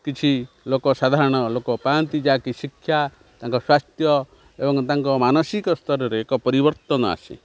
କିଛି ଲୋକ ସାଧାରଣ ଲୋକ ପାଆନ୍ତି ଯାହାକି ଶିକ୍ଷା ତାଙ୍କ ସ୍ୱାସ୍ଥ୍ୟ ଏବଂ ତାଙ୍କ ମାନସିକ ସ୍ତରରେ ଏକ ପରିବର୍ତ୍ତନ ଆସେ